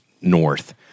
north